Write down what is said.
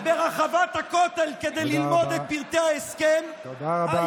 ברחבת הכותל כדי ללמוד את פרטי ההסכם, תודה רבה.